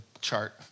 chart